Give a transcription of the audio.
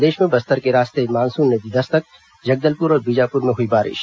प्रदेश में बस्तर के रास्ते मानसून ने दी दस्तक जगदलपुर और बीजापुर में हुई बारिश